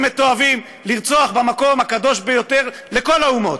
מתועבים לרצוח במקום הקדוש ביותר לכל האומות,